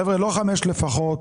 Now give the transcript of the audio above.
חבר'ה, לא חמש לפחות.